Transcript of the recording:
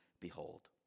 behold